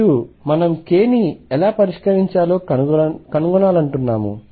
మరియు మనము k ని ఎలా పరిష్కరించాలో కనుగొనాలనుకుంటున్నాము